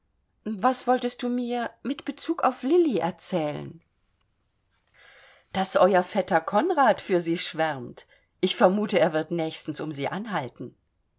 was wolltest du mir mit bezug auf lilli erzählen daß euer vetter konrad für sie schwärmt ich vermute er wird nächstens um sie anhalten